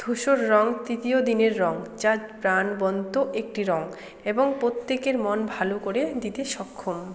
ধূসর রঙ তৃতীয় দিনের রঙ যা প্রাণবন্ত একটি রঙ এবং প্রত্যেকের মন ভালো করে দিতে সক্ষম